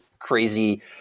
crazy